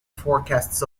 forecasts